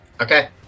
Okay